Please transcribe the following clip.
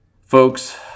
Folks